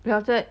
then after that